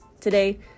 Today